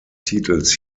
titels